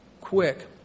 quick